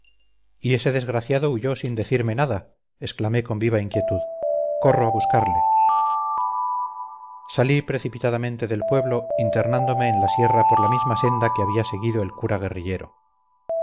y ese desgraciado huyó sin decirme nada exclamé con viva inquietud corro a buscarle salí precipitadamente del pueblo internándome en la sierra por la misma senda que había seguido el cura guerrillero